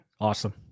Awesome